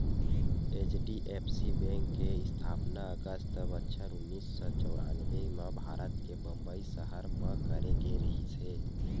HDFC bank के इस्थापना अगस्त बछर उन्नीस सौ चौरनबें म भारत के बंबई सहर म करे गे रिहिस हे